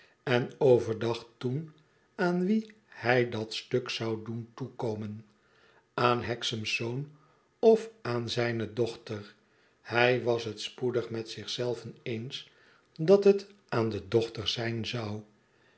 en overdacht toen aan wien hij dat stuk zou doen toekomen aan hexam's zoon of aan zijne dochter hij was het spoedig met zich zelven eens dat het aan de dochter zijn zou